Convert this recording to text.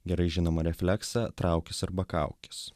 gerai žinomą refleksą traukis arba kaukis